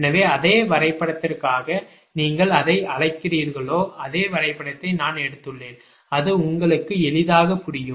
எனவே அதே வரைபடத்திற்காக நீங்கள் எதை அழைக்கிறீர்களோ அதே வரைபடத்தை நான் எடுத்துள்ளேன் அது உங்களுக்கு எளிதாகப் புரியும்